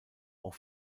auch